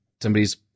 somebody's